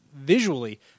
visually